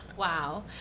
Wow